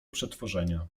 przetworzenia